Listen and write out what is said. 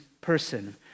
person